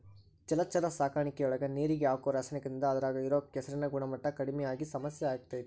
ಜಲಚರ ಸಾಕಾಣಿಕೆಯೊಳಗ ನೇರಿಗೆ ಹಾಕೋ ರಾಸಾಯನಿಕದಿಂದ ಅದ್ರಾಗ ಇರೋ ಕೆಸರಿನ ಗುಣಮಟ್ಟ ಕಡಿಮಿ ಆಗಿ ಸಮಸ್ಯೆ ಆಗ್ತೇತಿ